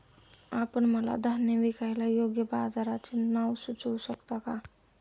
आपण मला धान्य विकायला योग्य बाजाराचे नाव सुचवू शकता का?